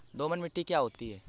दोमट मिट्टी क्या होती हैं?